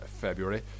February